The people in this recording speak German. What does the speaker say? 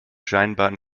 scheinbaren